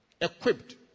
equipped